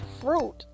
fruit